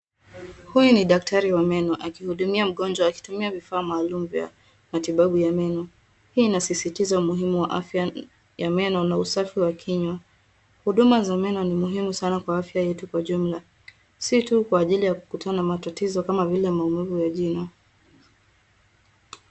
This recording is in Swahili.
Huyu ni daktari wa meno akihudumia mgonjwa akitumia vifaa maalum vya matibabu ya meno. Hii inasisitiza umuhimu wa afya ya meno na usafi wa kinywa. Huduma za meno ni muhimu sana kwa afya yetu kwa jumla si tu kwa ajili ya kukutana na matatizo kama vile maumivu ya jino.